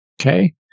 Okay